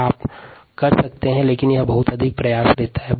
हालाँकि संभव हैं लेकिन इसके लिए बहुत अधिक प्रयास की आवश्यकता है